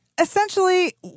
essentially